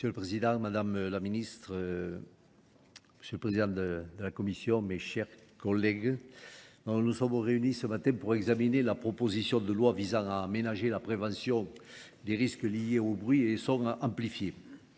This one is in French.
M. le Président, Mme la Ministre, M. le Président de la Commission, mes chers collègues, nous nous sommes réunis ce matin pour examiner la proposition de loi visant à aménager la prévention des risques liés au bruit et ils sont amplifiés.